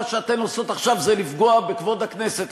מה שאתן עושות עכשיו זה לפגוע בכבוד הכנסת,